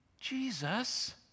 Jesus